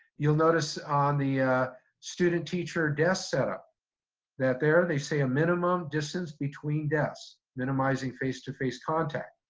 you'll notice on the student teacher desk setup that there they say a minimum distance between desks minimizing face to face contact.